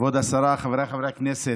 כבוד השרה, חבריי חברי הכנסת,